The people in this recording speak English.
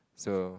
so